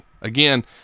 Again